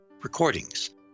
recordings